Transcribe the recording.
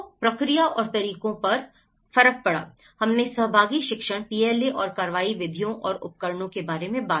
तो प्रक्रिया और तरीकों पर आ रहा है हमने सहभागी शिक्षण PLA और कार्रवाई विधियों और उपकरणों के बारे में बात की